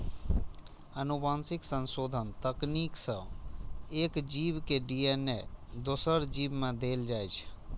आनुवंशिक संशोधन तकनीक सं एक जीव के डी.एन.ए दोसर जीव मे देल जाइ छै